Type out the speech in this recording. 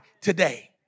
today